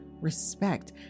respect